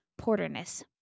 porterness